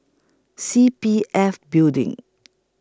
C P F Building